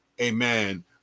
amen